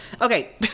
Okay